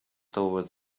toward